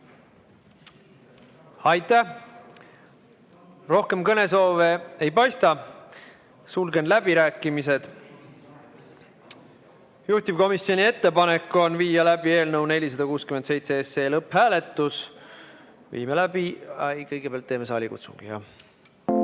Aitäh! Rohkem kõnesoove ei paista. Sulgen läbirääkimised. Juhtivkomisjoni ettepanek on viia läbi eelnõu 467 lõpphääletus. Kõigepealt teeme saalikutsungi.